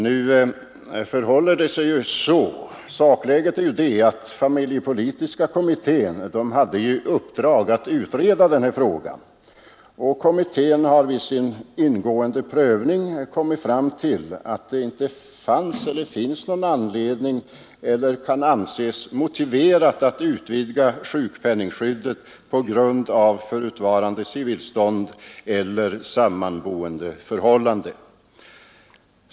Nu är sakläget det att familjepolitiska kommittén har haft i uppdrag att utreda denna fråga, och kommittén har vid sin ingående prövning kommit fram till att det inte finns någon anledning eller kan anses motiverat att utbygga sjukpenningskyddet på grund av förutvarande civilstånd eller sammanboendeförhållande.